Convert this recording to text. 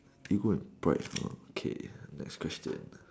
ego and pride okay next question